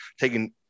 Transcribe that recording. taking